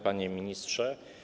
Panie Ministrze!